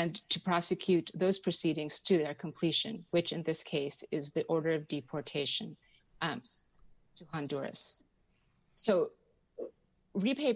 and to prosecute those proceedings to their completion which in this case is that order of deportation on durance so repa